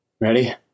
Ready